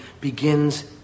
begins